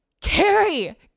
Carrie